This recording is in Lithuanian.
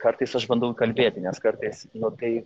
kartais aš bandau įkalbėti nes kartais nu tai